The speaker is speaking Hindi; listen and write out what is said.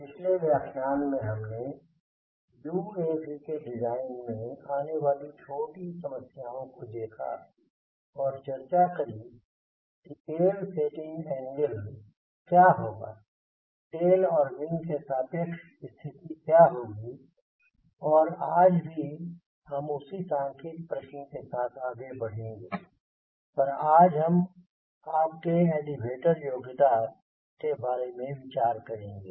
पिछले व्याख्यान में हमने UAV के डिज़ाइन में आने वाली छोटी समस्याओं को देखा और चर्चा करी कि टेल सेटिंग एंगल क्या होगा टेल और विंग की सापेक्ष सतिहति क्या होगी और आज भी हम उसी सांख्यिक प्रश्न के साथ आगे बढ़ेंगे पर आज हम आपके एलीवेटर योग्यता के बारे में विचार करेंगे